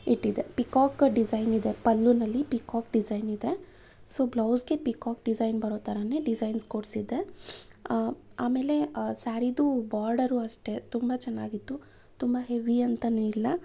ಇಟ್ಟಿದ್ದೆ peacock design ಇದೆ ಪಲ್ಲುನಲ್ಲಿ ಪಿಕಾಕ್ ಡಿಸೈನ್ ಇದೆ ಸೊ ಬ್ಲೌಝ್ಗೆ ಪಿಕಾಕ್ ಡಿಸೈನ್ ಬರೋ ಥರಾನೆ ಡಿಸೈನ್ಸ್ ಕೊಡಿಸಿದ್ದೆ ಆಮೇಲೆ ಸ್ಯಾರಿದ್ದು ಬಾರ್ಡರು ಅಷ್ಟೇ ತುಂಬ ಚೆನ್ನಾಗಿತ್ತು ತುಂಬ ಹೆವಿ ಅಂತಲೂ ಇಲ್ಲ